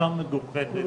ענישה מגוחכת.